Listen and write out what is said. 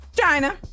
China